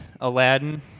Aladdin